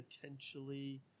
potentially